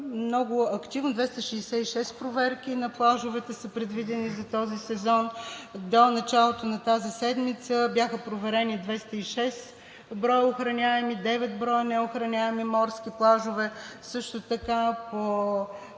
много активно – 266 проверки на плажовете са предвидени за този сезон. До началото на тази седмица бяха проверени 206 броя охраняеми и девет броя неохраняеми морски плажове. Също така по